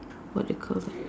what you call that